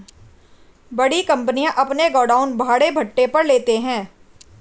बड़ी कंपनियां अपने गोडाउन भाड़े पट्टे पर लेते हैं